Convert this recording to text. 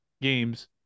games